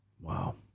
Wow